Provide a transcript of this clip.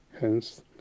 Hence